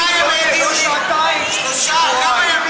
כמה זמן